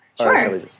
Sure